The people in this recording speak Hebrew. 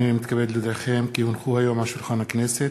הנני מתכבד להודיעכם כי הונחו היום על שולחן הכנסת,